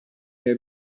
del